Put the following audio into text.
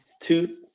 two